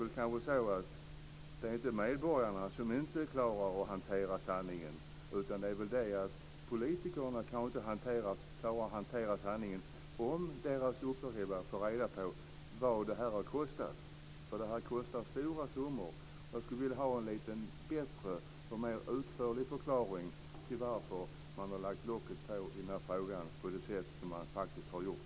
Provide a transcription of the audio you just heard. Det kanske inte är medborgarna som inte klarar av att hantera sanningen, utan det är väl politikerna som inte klarar av att hantera sanningen om deras uppdragsgivare får reda på vad det här har kostat. Det har nämligen kostat stora summor. Jag skulle vilja ha en lite bättre och mer utförlig förklaring till varför man har lagt locket på i den här frågan på det sätt som man faktiskt har gjort.